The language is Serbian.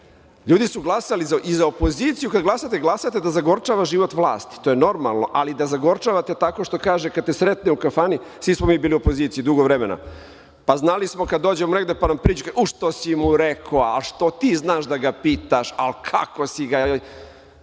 Ljudi su glasali za opoziciju i kada glasate glasate da zagorčava život vlasti. To je normalno, ali da zagorčavate tako što kaže, kada te sretne u kafani, svi smo mi bili opozicija dugo vremena, pa znali smo kada dođemo negde, pa nam priđu – u što si mu rekao, a što ti znaš da ga pitaš, a kako si ga.